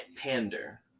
pander